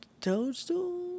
Toadstool